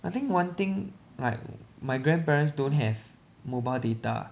I think one thing like my grandparents don't have mobile data